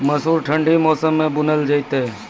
मसूर ठंडी मौसम मे बूनल जेतै?